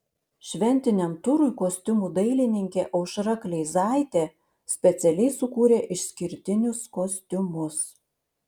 šventiniam turui kostiumų dailininkė aušra kleizaitė specialiai sukūrė išskirtinius kostiumus